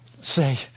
say